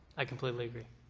i completely agree.